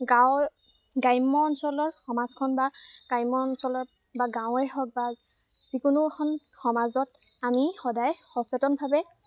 গাঁৱৰ গ্ৰাম্য অঞ্চলৰ সমাজখন বা গ্ৰাম্য অঞ্চলৰ বা গাঁৱে হওক বা যিকোনো এখন সমাজত আমি সদায় সচেতনভাৱে